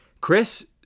Chris